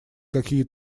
какие